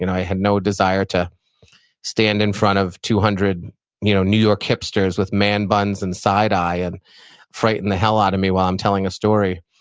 and i had no desire to stand in front of two hundred you know new york hipsters with man buns and side-eye and frighten the hell out of me while i'm telling a story.